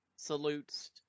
Salutes